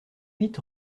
huit